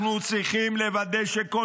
אנחנו צריכים לוודא שכל